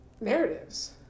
narratives